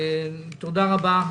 תודה רבה.